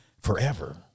forever